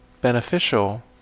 beneficial